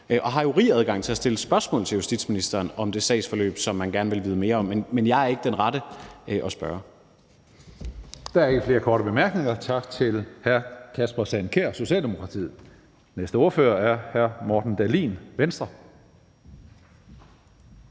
Han har jo fri adgang til at stille spørgsmål til justitsministeren om det sagsforløb, som man gerne vil vide mere om. Men jeg er ikke den rette at spørge. Kl. 16:03 Tredje næstformand (Karsten Hønge): Der er ikke flere korte bemærkninger. Tak til hr. Kasper Sand Kjær, Socialdemokratiet. Næste ordfører er hr. Morten Dahlin, Venstre.